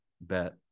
bet